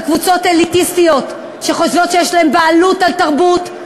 וקבוצות אליטיסטיות שחושבות שיש להן בעלות על תרבות,